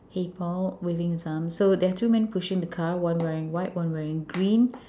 hey Paul waving his arms so there are two man pushing the car one wearing white one wearing green